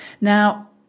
Now